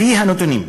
לפי הנתונים,